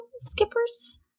Skippers